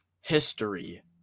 history